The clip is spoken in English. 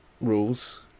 rules